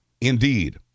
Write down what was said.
Indeed